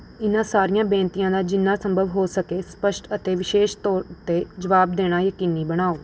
ਇਨ੍ਹਾਂ ਸਾਰੀਆਂ ਬੇਨਤੀਆਂ ਦਾ ਜਿੰਨਾ ਸੰਭਵ ਹੋ ਸਕੇ ਸਪੱਸ਼ਟ ਅਤੇ ਵਿਸ਼ੇਸ਼ ਤੌਰ ਉੱਤੇ ਜਵਾਬ ਦੇਣਾ ਯਕੀਨੀ ਬਣਾਓ